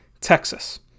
Texas